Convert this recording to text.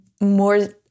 more